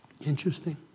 Interesting